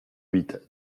huit